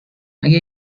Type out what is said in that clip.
اگه